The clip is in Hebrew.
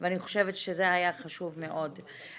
ואני חושבת שזה היה חשוב מאוד.